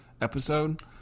episode